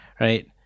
right